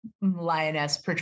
lioness